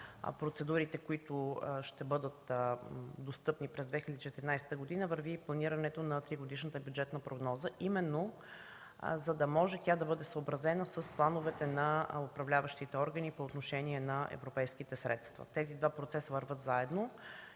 процедурите, които ще бъдат достъпни през 2014 г., върви и планирането на тригодишната бюджетна прогноза и именно за да може тя да бъде съобразена с плановете на управляващите органи по отношение на европейските средства. Тези два процеса вървят заедно